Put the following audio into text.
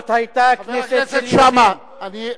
זאת היתה כנסת של יהודים.